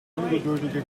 ungeduldige